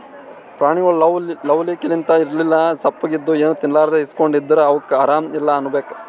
ಪ್ರಾಣಿಗೊಳ್ ಲವ್ ಲವಿಕೆಲಿಂತ್ ಇರ್ಲಿಲ್ಲ ಸಪ್ಪಗ್ ಇದ್ದು ಏನೂ ತಿನ್ಲಾರದೇ ಹಸ್ಕೊಂಡ್ ಇದ್ದರ್ ಅವಕ್ಕ್ ಆರಾಮ್ ಇಲ್ಲಾ ಅನ್ಕೋಬೇಕ್